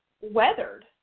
weathered